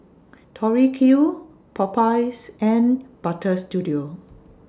Tori Q Popeyes and Butter Studio